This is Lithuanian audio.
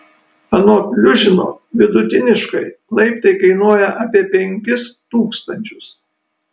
anot liužino vidutiniškai laiptai kainuoja apie penkis tūkstančius